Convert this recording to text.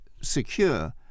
secure